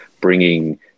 bringing